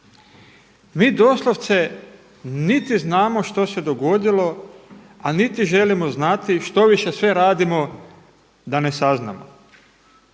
Mi doslovce niti znamo što se dogodilo, a niti želimo znati, štoviše sve radimo da ne saznamo.